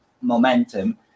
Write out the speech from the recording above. momentum